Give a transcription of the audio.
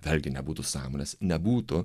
vėlgi nebūtų sąmonės nebūtų